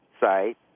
site